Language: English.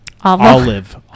olive